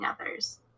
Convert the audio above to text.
others